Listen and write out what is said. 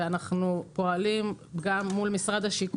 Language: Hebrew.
ואנחנו פועלים גם מול משרד השיכון.